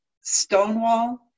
Stonewall